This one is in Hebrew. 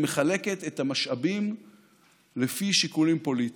היא מחלקת את המשאבים לפי שיקולים פוליטיים.